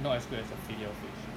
not as good as the filet-O-fish